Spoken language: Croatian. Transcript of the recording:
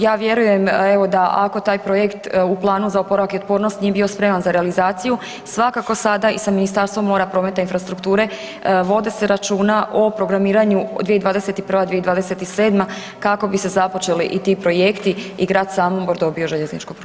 Ja vjerujem da evo ako taj projekt u planu za oporavak i otpornost nije bio spreman za realizaciju, svakako sada i sa Ministarstvom moram prometa i infrastrukture vodi se računa o programiranju 2021.-2027.kako bi se započeli i ti projekti i Grad Samobor dobio željezničku prugu.